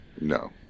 No